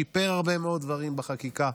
שיפר הרבה מאוד דברים בחקיקה.